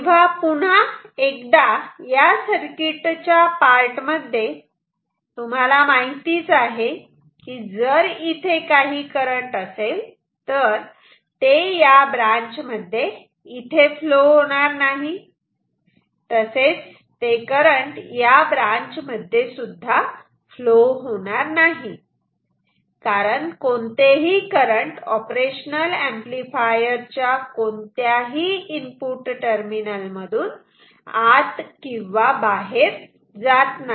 तेव्हा पुन्हा एकदा सर्किटच्या या पार्ट मध्ये तुम्हाला माहितीच आहे की जर इथे काही करंट असेल तर ते या ब्रांच मध्ये इथे फ्लो होणार नाही तसेच या ब्रांच मध्ये सुद्धा फ्लो होणार नाही कारण कोणतेही करंट ऑपरेशनल ऍम्प्लिफायर च्या कोणत्याही इनपुट टर्मिनल मधून आत किंवा बाहेर जात नाही